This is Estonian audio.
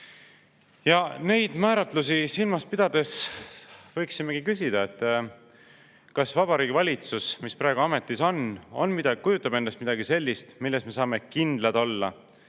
Ja neid määratlusi silmas pidades võiksime küsida, kas Vabariigi Valitsus, mis praegu ametis on, kujutab endast midagi sellist, milles me saame kindlad olla,